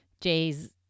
Jay's